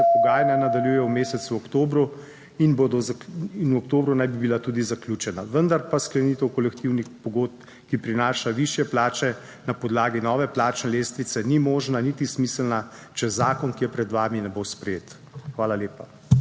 pogajanja nadaljujejo v mesecu oktobru in v oktobru naj bi bila tudi zaključena, vendar pa sklenitev kolektivnih pogodb, ki prinaša višje plače na podlagi nove plačne lestvice ni možna, niti smiselna, če zakon, ki je pred vami, ne bo sprejet. Hvala lepa.